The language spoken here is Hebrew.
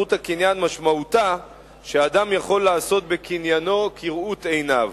זכות הקניין משמעותה שאדם יכול לעשות בקנייינו כראות עיניו.